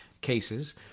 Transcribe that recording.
cases